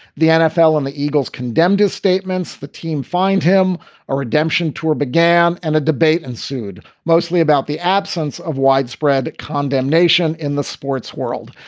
the nfl and the eagles condemned his statements. the team find him a redemption tour began and a debate ensued, mostly about the absence of widespread condemnation in the sports world.